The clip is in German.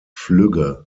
flügge